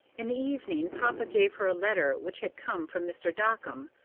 in the evening papa gave her a letter which had come from mr. dockum,